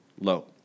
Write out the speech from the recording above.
low